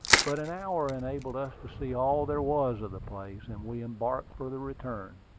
but an hour enabled us to see all there was of the place, and we embarked for the return.